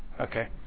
okay